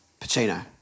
Pacino